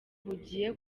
bugiye